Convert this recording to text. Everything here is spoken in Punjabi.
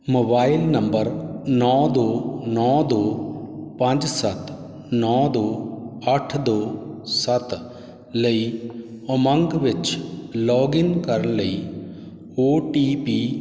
ਮੋਬਾਈਲ ਨੰਬਰ ਨੌਂ ਦੋੋੋ ਨੌਂ ਦੋ ਪੰਜ ਸੱਤ ਨੌਂ ਦੋ ਅੱਠ ਦੋ ਸੱਤ ਲਈ ਉਮੰਗ ਵਿੱਚ ਲੌਗਇਨ ਕਰਨ ਲਈ ਓ ਟੀ ਪੀ